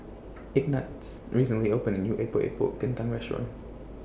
Ignatz recently opened A New Epok Epok Kentang Restaurant